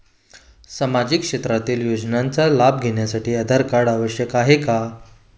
सामाजिक क्षेत्रातील योजनांचा लाभ घेण्यासाठी आधार कार्ड आवश्यक आहे का?